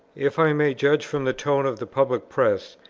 if i may judge from the tone of the public press,